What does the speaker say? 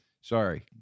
Sorry